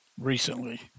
recently